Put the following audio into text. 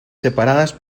separadas